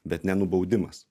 bet nenubaudimas